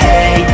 Hey